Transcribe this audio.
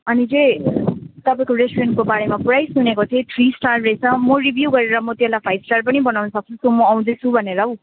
अनि चाहिँ तपाईँको रेस्टुरेन्टको बारेमा पुरै सुनेको थिएँ थ्री स्टार रहेछ म रिभ्यू गरेर म त्यसलाई फाइभ स्टार पनि बनाउनु सक्छु सो म आउँदैछु भनेर हौ